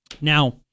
Now